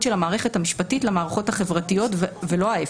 של המערכת המשפטי למערכות החברתיות ולא להפך.